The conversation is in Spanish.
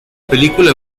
película